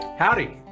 Howdy